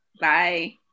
Bye